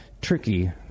tricky